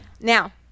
Now